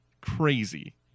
Crazy